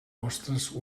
vostres